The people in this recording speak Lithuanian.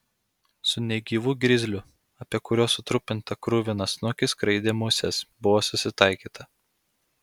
su negyvu grizliu apie kurio sutrupintą kruviną snukį skraidė musės buvo susitaikyta